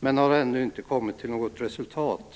men har ännu inte kommit till något resultat.